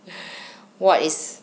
what is